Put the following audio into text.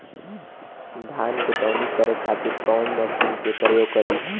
धान के दवनी करे खातिर कवन मशीन के प्रयोग करी?